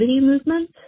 movement